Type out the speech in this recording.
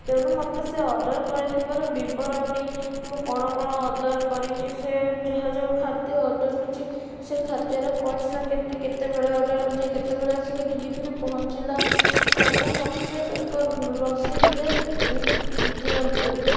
ତେଣୁ ମୋତେ ସେ ଅର୍ଡର୍ କରିଥିବାର ବିବରଣୀ ମୁଁ କ'ଣ କ'ଣ ଅର୍ଡର୍ କରିଛି ସେ ଯାହା ଯୋଉ ଖାଦ୍ୟ ଅର୍ଡର୍ କରିଛି ସେ ଖାଦ୍ୟର ପଇସା କେତେ କେତେବେଳେ ଅର୍ଡର୍ କରିଛି କେତେବେଳେ ଆସିକି ଡେଲିଭରି ପହଞ୍ଚିଲା ସବୁ ମୋତେ ଏକ ରସିଦରେେ ଦିଅନ୍ତୁ